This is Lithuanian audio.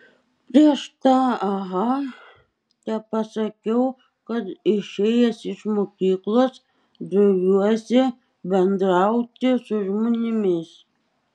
prieš tą aha tepasakiau kad išėjęs iš mokyklos droviuosi bendrauti su žmonėmis